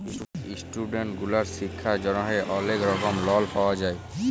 student গুলার শিক্ষার জন্হে অলেক রকম লন পাওয়া যায়